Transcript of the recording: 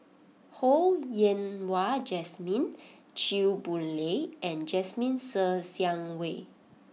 Ho Yen Wah Jesmine Chew Boon Lay and Jasmine Ser Xiang Wei